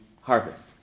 harvest